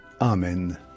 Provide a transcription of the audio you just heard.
Amen